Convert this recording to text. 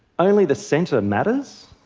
only the center matters.